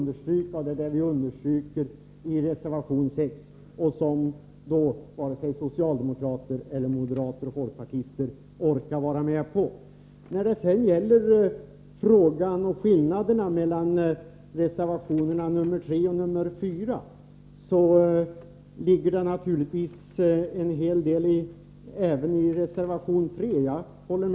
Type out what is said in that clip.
Det gör vi i reservation 6. Men varken socialdemokrater eller moderater eller folkpartister orkar vara med på det. Sedan något om skillnaden mellan reservationerna 3 och 4. Jag håller med om att det naturligtvis ligger en hel del även i reservation 3.